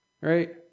right